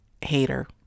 hater